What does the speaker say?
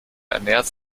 ernährt